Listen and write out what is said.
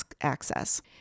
access